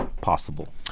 possible